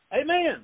Amen